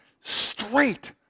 straight